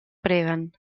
preguen